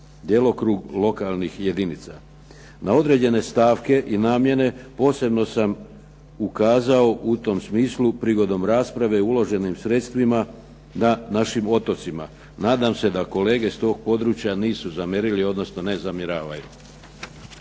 djelokrug lokalnih jedinica. Na određene stavke i namjene posebno sam ukazao u tom smislu prigodom rasprave uloženim sredstvima na našim otocima. Nadam se da kolege s tog područja nisu zamjerili, odnosno ne zamjeravaju.